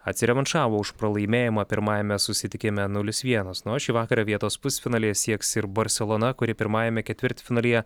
atsirevanšavo už pralaimėjimą pirmajame susitikime nulis vienas nors šį vakarą vietos pusfinalyje sieks ir barselona kuri pirmajame ketvirtfinalyje